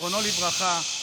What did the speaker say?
זיכרונו לברכה,